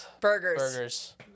Burgers